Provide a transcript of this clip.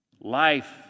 Life